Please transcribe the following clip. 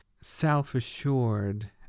self-assured